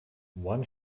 one